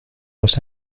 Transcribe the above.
los